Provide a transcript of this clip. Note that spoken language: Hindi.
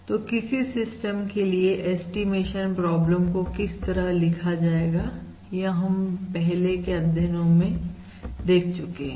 तो किसी सिस्टम के लिए ऐस्टीमेशन प्रॉब्लम को किस तरह लिखा जाएगा यह हमने पहले के अध्ययनों में बताया